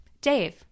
Dave